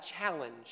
challenge